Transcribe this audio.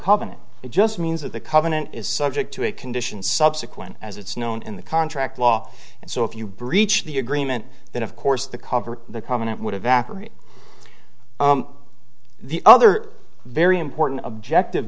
covenant it just means that the covenant is subject to a condition subsequent as it's known in the contract law and so if you breach the agreement then of course the cover of the comment would evaporate the other very important objective